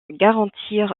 garantir